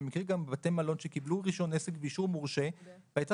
אני מכיר גם בית מלון שקיבל רישיון עסק ואישור מורשה ואחר